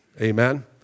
Amen